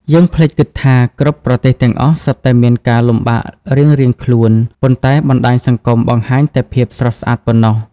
យើងភ្លេចគិតថា គ្រប់ប្រទេសទាំងអស់សុទ្ធតែមានការលំបាករៀងៗខ្លួន ប៉ុន្តែបណ្តាញសង្គមបង្ហាញតែភាពស្រស់ស្អាតប៉ុណ្ណោះ។